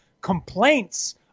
complaints